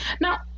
Now